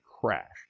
crashed